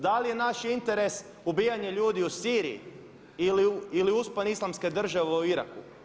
Da li je naš interes ubijanje ljudi u Siriji ili uspon Islamske države u Iraku?